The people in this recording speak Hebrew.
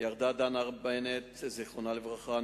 ירדה דנה בנט זיכרונה לברכה,